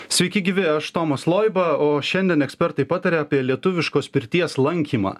sveiki gyvi aš tomas loiba o šiandien ekspertai pataria apie lietuviškos pirties lankymą